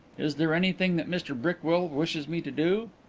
is there anything that mr brickwill wishes me to do?